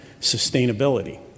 sustainability